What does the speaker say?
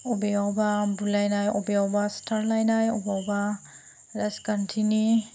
अबेयावबा बुलायनाय अबेयावबा सिथारलायनाय अबावबा राजखान्थिनि